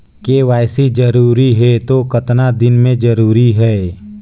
KYC जरूरी हे तो कतना दिन मे जरूरी है?